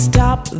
Stop